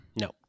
No